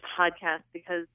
podcast—because